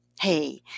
Hey